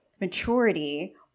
maturity